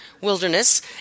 wilderness